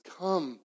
Come